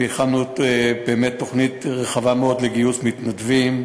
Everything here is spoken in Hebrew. הכנו תוכנית רחבה מאוד לגיוס מתנדבים,